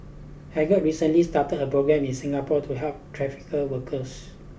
Hagar recently started a programme in Singapore to help trafficked workers